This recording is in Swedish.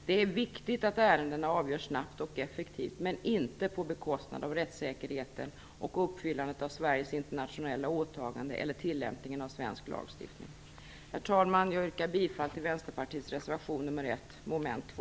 Det är viktigt att ärenden avgörs snabbt och effektivt, men inte på bekostnad av rättssäkerheten och uppfyllandet av Sveriges internationella åtaganden eller tillämpningen av svensk lag. Herr talman! Jag yrkar bifall till Vänsterpartiets reservation nr 1, mom. 2.